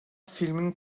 filmin